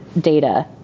data